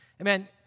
Amen